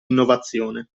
innovazione